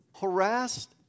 harassed